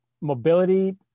mobility